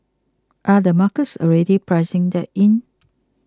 are the markets already pricing that in